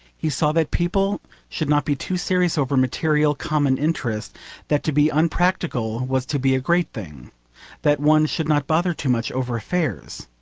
he saw that people should not be too serious over material, common interests that to be unpractical was to be a great thing that one should not bother too much over affairs.